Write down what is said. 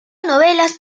novelas